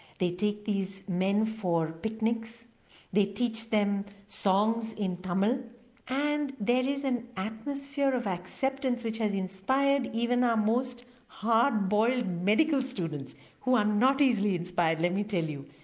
they take these men for picnics they teach them songs in tamil and there is an atmosphere of acceptance which has inspired even our most hard boiled medical students who are not easily inspired let me tell you.